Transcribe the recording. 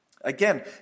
Again